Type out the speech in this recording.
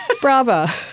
Brava